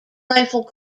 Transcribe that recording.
rifle